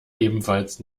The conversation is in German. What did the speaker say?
ebenfalls